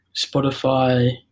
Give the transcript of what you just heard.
spotify